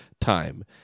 time